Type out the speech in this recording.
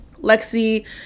Lexi